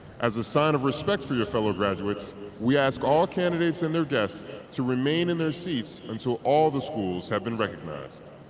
as sign of respect for your fellow graduates we ask all candidates and their guests to remain in their seats until all the schools have been recognized.